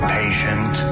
patient